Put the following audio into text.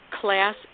Class